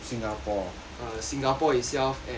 err singapore itself and also